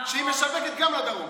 והיא משווקת גם לדרום?